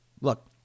look